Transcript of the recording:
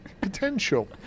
Potential